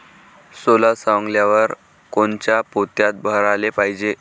सोला सवंगल्यावर कोनच्या पोत्यात भराले पायजे?